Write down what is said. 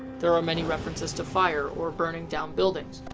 there are many references to fire or burning down buildings.